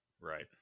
Right